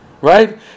Right